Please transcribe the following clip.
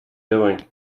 doing